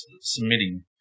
submitting